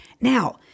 Now